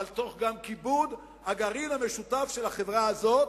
אבל גם תוך כיבוד הגרעין המשותף של החברה הזאת.